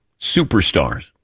superstars